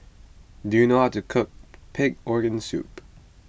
do you know how to cook Pig Organ Soup